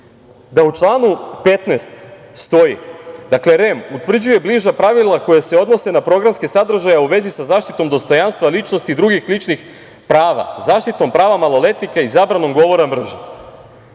da u članu 15. stoji: „REM utvrđuje bliža pravila koja se odnose na programske sadržaje u vezi sa zaštitom dostojanstva ličnosti i drugih ličnih prava, zaštitom prava maloletnika i zabranom govora mržnje“.